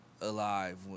alive